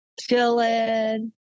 chilling